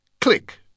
Click